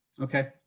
Okay